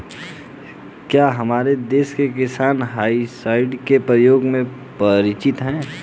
क्या हमारे देश के किसान हर्बिसाइड्स के प्रयोग से परिचित हैं?